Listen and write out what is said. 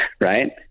right